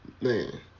Man